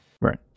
Right